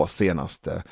senaste